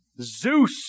Zeus